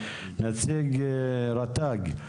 נציג רט"ג,